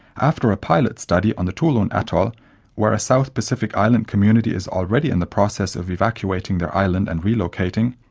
after a pilot study on the tulun atoll where a south pacific island community is already in the process of evacuating their island and relocating,